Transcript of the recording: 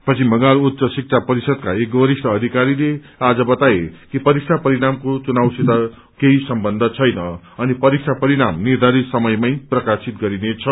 पश्चिम बंगाल उच्च शिक्षा परिषदका एक वरिष्ठ अधिकारीले आज बताए कि परीक्षा परिणामको चुनावसित केही सम्बन्ध छैन अनि परीक्षा परिणाम निर्धारित समयमै प्रकाशित गरिनेछ